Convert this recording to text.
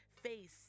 face